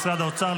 משרד האוצר,